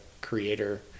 creator